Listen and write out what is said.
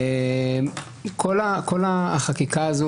לגבי כל החקיקה הזו,